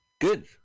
Good